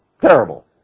terrible